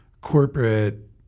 corporate